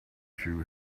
two